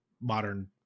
modern